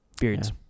Beards